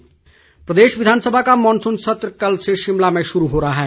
विधानसभा प्रदेश विधानसभा का मॉनसून सत्र कल से शिमला में शुरू हो रहा है